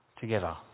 together